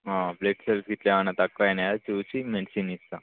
blood cells ఇట్లా ఏమైనా తక్కువ అయినాయా చూసి మెడిసిన్ ఇస్తాను